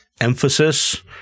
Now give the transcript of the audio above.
emphasis